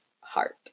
Heart